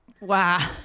Wow